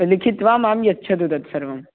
लिखित्वा मां यच्छतु तत् सर्वम्